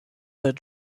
that